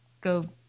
go